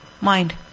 mind